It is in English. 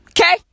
Okay